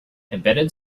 embedded